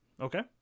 okay